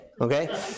okay